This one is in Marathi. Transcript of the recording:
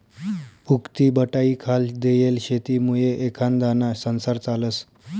उक्तीबटाईखाल देयेल शेतीमुये एखांदाना संसार चालस